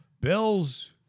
Bill's